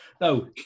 No